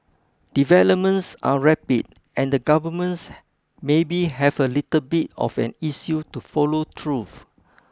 developments are rapid and the governments maybe have a little bit of an issue to follow through